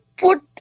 put